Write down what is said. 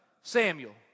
Samuel